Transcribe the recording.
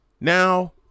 Now